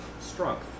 Strength